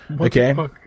Okay